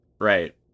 Right